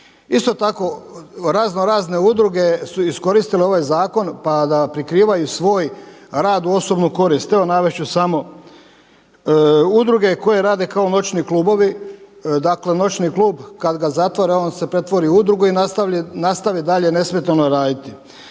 Isto tako raznorazne udruge su iskoristile ovaj zakon pa da prikrivaju svoj rad u osobnu korist. Evo navest ću samo, udruge koje rade kao noćni klubovi, dakle noćni klub kada ga zatvore on ga pretvori u udrugu i nastavi dalje nesmetano raditi.